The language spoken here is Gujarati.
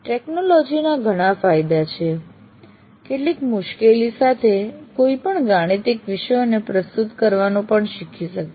ટેકનોલોજી ના ઘણા ફાયદા છે કેટલીક મુશ્કેલી સાથે કોઈ પણ ગાણિતિક વિષયોને પ્રસ્તુત કરવાનું પણ શીખી શકે છે